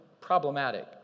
problematic